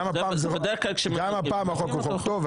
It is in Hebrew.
גם הפעם החוק הוא חוק טוב,